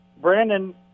Brandon